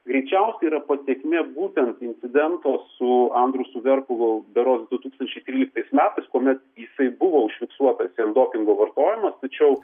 greičiausiai yra pasekmė būtent studento su andrusu verpalu berods du tūkstančiai tryliktais metais kuomet jisai buvo užfiksuotas jam dopingo vartojimą tačiau